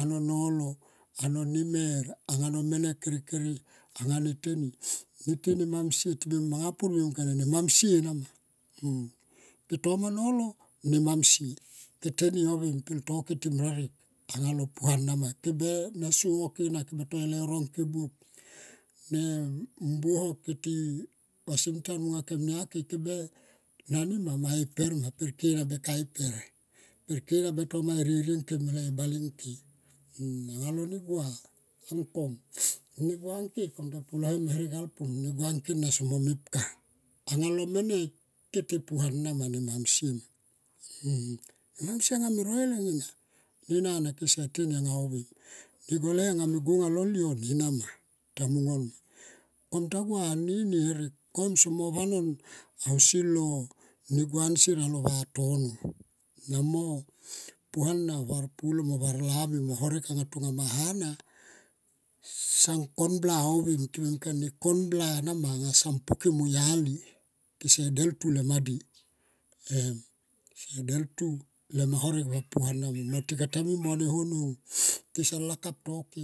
Ano nolo ano nemer anga no mene kere kere. Ne te ne mam sie. Manga pur me mung kone ne mam sie nama. Ke toma nolo ne mam sie ke teni o veng pel to ke ti mrarek anga lo pua na ma. Ke be so oke na ke be to e leuro mo ke buop. Ne mbuo ho keti vasim tan monga kemia ke. Ke be nani ma e per ma ke be ka e per, per ke na be tomai e ne rie monga le bale ngke anga lo ne gua ang kom. Negu nge kom ta pulo hem mo herek alpum negua ngke na somo mepka anga lo mene kete e puana ma nemam sie ma. Ne mamsie anga me roi leng ena kese teni anga ohvem negole anga me go anga lol yo na nena ma ta mung on ma. Kom ta gua anini herek kom somo vanon mo silo negu nsier ausi lo votono. Na mo pulo mo var lami anga tonga ma hana son konbla ovem time mung kone kon bla na ma anga song poke au yali. Kese deltu lema di, se deltu lema horek va puanama mo tika ta mui mo ne ho son lakap toke